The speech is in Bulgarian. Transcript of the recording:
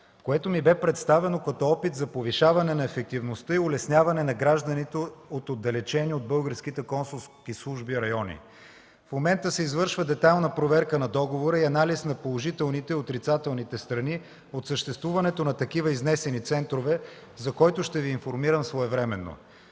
което ми бе представено като опит за повишаване на ефективността и улесняване на гражданите от отдалечени от българските консулски служби райони. В момента се извършва детайлна проверка на договора и анализ на положителните и отрицателните страни от съществуването на такива изнесени центрове, за което ще Ви информирам своевременно.